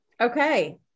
Okay